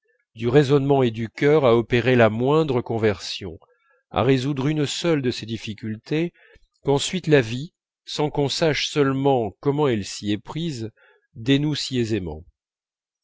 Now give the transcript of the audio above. du raisonnement et du cœur à opérer la moindre conversion à résoudre une seule de ces difficultés qu'ensuite la vie sans qu'on sache seulement comment elle s'y est prise